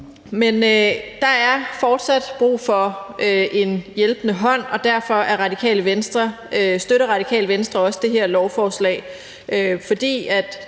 Men der er fortsat brug for en hjælpende hånd, og derfor støtter Radikale Venstre også det her lovforslag,